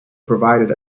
provider